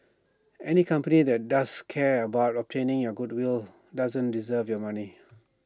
any company that doesn't care about obtaining your goodwill doesn't deserve your money